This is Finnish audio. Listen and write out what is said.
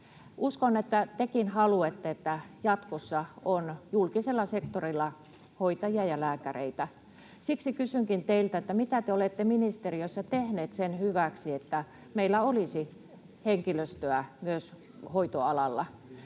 uskon, että tekin haluatte, että jatkossa on julkisella sektorilla hoitajia ja lääkäreitä. Siksi kysynkin teiltä: Mitä te olette ministeriössä tehneet sen hyväksi, että meillä olisi henkilöstöä myös hoitoalalla?